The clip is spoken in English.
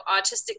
autistic